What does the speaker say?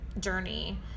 journey